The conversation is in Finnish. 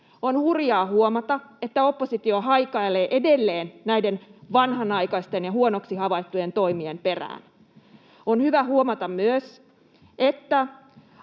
On hurjaa huomata, että oppositio haikailee edelleen näiden vanhanaikaisten ja huonoksi havaittujen toimien perään. On hyvä huomata myös, että